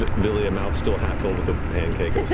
ah vilya, mouth still half-full with a pancake,